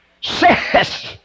says